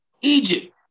Egypt